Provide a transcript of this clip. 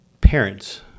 parents